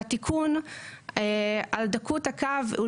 דקות הקו,